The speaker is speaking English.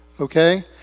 okay